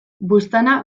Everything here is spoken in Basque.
buztana